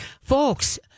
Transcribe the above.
Folks